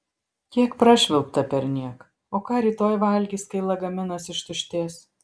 kiek prašvilpta perniek o ką rytoj valgys kai lagaminas ištuštės